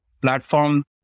platform